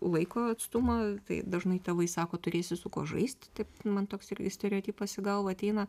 laiko atstumą tai dažnai tėvai sako turėsi su kuo žaist taip man toks stereotipas į galvą ateina